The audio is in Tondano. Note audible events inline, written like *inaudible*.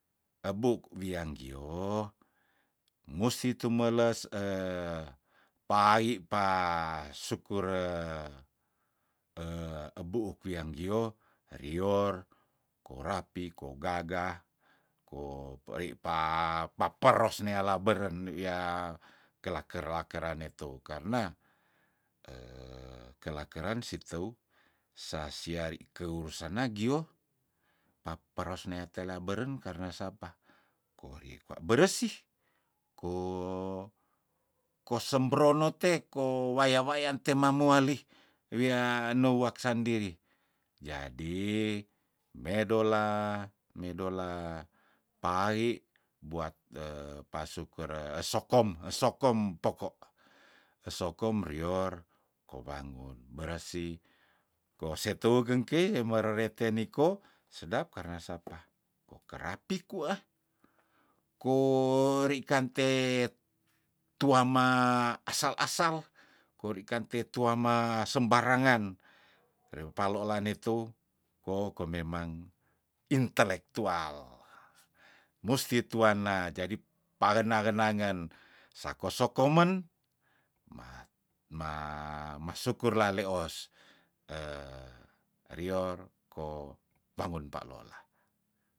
Ebuk wiang gioh ngusi tumeles *hesitation* pai pa sukure *hesitation* ebuuk wiang gioh rior korapih kogagah ko pei pa paperos nealah beren niya kelaker- lakerane tou karna *hesitation* kelakeran si teu sasiari keur sana gioh paperos nea tela beren karna sapa kori kwa beresih ko kosem brono tehko waya- wayan te mamuali wiah neuak sandiri jadi medola medola pai buat *hesitation* pasukur esokom- esokom pokok esokom rior kowangun bersih kose teu kengkei emere rete niko sedap karna sapa kerapi ku ah kori kante tuama asal- asal kori kante tuama sembarangan rem palola netou ko ko memang intelektual musti tuanna jadi pangena- genangen sako sokomen mat ma masukur laleos *hesitation* rior kong wangun pa loula